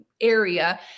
area